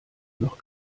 noch